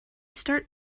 start